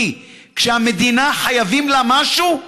כי כשהמדינה, חייבים לה משהו,